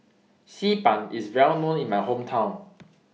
Xi Ban IS Well known in My Hometown